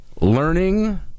learning